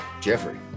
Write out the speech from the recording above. Jeffrey